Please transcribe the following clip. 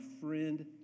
friend